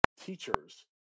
teachers